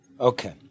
Okay